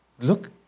look